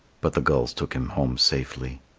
but the gulls took him home safely.